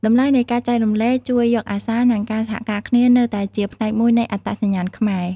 តម្លៃនៃការចែករំលែក ជួយយកអាសា និងការសហការគ្នានៅតែជាផ្នែកមួយនៃអត្តសញ្ញាណខ្មែរ។